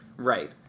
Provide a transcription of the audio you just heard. Right